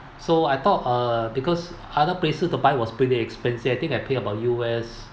so I thought uh because other places to buy was pretty expensive I think I paid about U_S